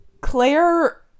claire